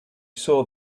saw